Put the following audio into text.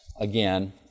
again